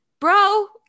bro